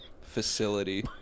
facility